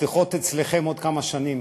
המפתחות אצלכם עוד כמה שנים,